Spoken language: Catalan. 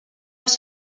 els